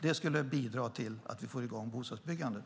Det skulle bidra till att vi får i gång bostadsbyggandet.